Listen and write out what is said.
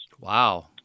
Wow